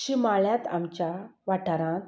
शिंयाळ्यांत आमच्या वाठारांत